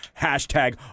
Hashtag